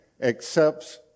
accepts